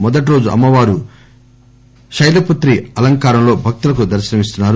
మొదటి రోజు అమ్మవారు శైలపుత్రి అలంకారంలో భక్తులకు దర్సనమిస్తున్నారు